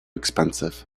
expensive